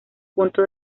punto